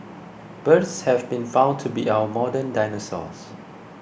birds have been found to be our modern dinosaurs